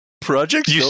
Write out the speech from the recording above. project